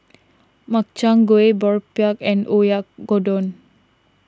Makchang Gui Boribap and Oyakodon